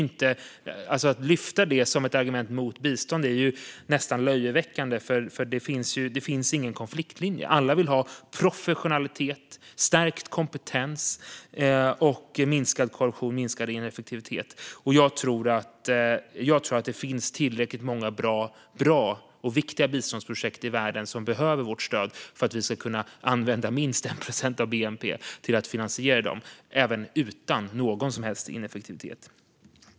Att lyfta upp det som ett argument mot bistånd är nästan löjeväckande, för det finns ingen konfliktlinje. Alla vill ha professionalitet, stärkt kompetens, minskad korruption och minskad ineffektivitet. Jag tror att det finns tillräckligt många bra och viktiga biståndsprojekt som behöver vårt stöd för att vi ska kunna använda minst 1 procent av bnp till att finansiera dem, även utan någon som helst ineffektivitet.